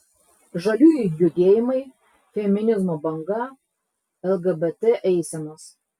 žaliųjų judėjimai feminizmo banga lgbt eisenos